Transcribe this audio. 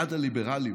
בעד הליברליות,